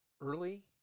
early